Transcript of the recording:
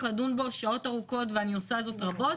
לדון בו שעות ארוכות ואני עושה זאת רבות.